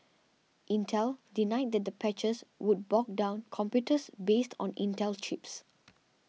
Intel denied that the patches would bog down computers based on Intel chips